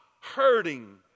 hurting